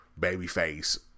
Babyface